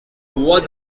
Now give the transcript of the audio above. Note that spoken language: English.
was